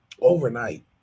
overnight